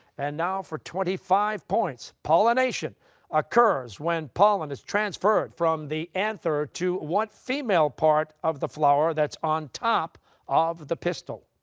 and now for twenty five points pollination occurs when pollen is transferred from the anther to what female part of the flower that's on top of the pistil?